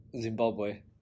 Zimbabwe